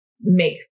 make